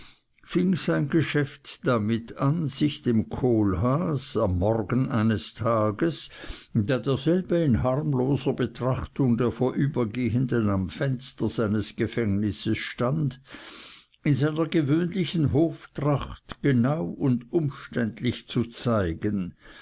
sein geschäft damit an sich dem kohlhaas am morgen eines tages da derselbe in harmloser betrachtung der vorübergehenden am fenster seines gefängnisses stand in seiner gewöhnlichen hoftracht genau und umständlich zu zeigen